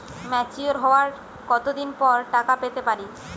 Mature হওয়ার কত দিন পর টাকা পেতে পারি?